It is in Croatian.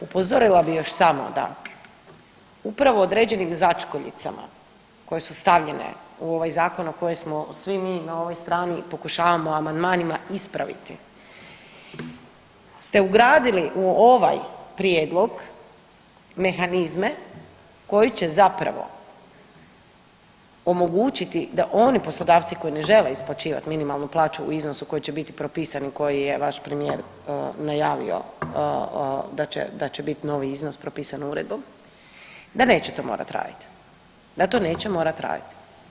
Upozorila bi još samo da upravo određenim začkomicama koje su stavljene u ovaj zakon, a koje smo svi mi na ovoj strani pokušavamo amandmanima ispraviti ste ugradili u ovaj prijedlog mehanizme koji će zapravo omogućiti da oni poslodavci koji ne žele isplaćivat minimalnu plaću u iznosu koji će biti propisani koji je vaš premijer najavio da će, da će biti novi iznos propisan uredbom, da neće morat to radit, da to neće morat radit.